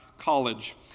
college